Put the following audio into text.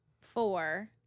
four